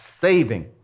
saving